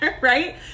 right